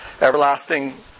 Everlasting